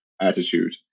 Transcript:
attitude